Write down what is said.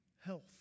health